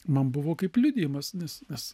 man buvo kaip liudijimas nes nes